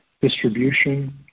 distribution